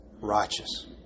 righteous